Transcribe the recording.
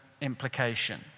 implication